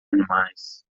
animais